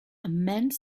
immense